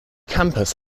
campus